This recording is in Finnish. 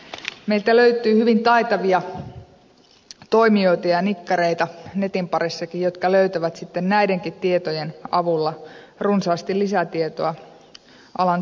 meiltä löytyy hyvin taitavia toimijoita ja nikkareita netin parissakin jotka löytävät sitten näidenkin tietojen avulla runsaasti lisätietoa alan toimijoista